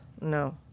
No